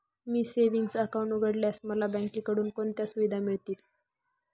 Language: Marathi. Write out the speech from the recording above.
मी सेविंग्स अकाउंट उघडल्यास मला बँकेकडून कोणत्या सुविधा मिळतील?